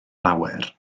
lawer